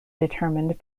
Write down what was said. determined